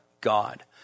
God